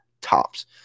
tops